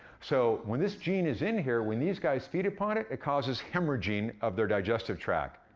so, when this gene is in here, when these guys feed upon it, it causes hemorrhaging of their digestive tract.